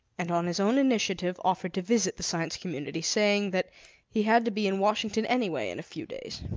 and on his own initiative offered to visit the science community, saying that he had to be in washington anyway in a few days.